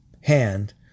hand